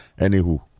anywho